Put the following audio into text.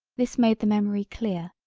this made the memory clear,